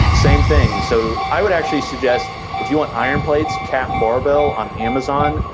same thing. so i would actually suggest if you want iron plates cap barbell on amazon,